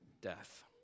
death